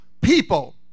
people